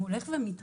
הוא הולך ומתרחב.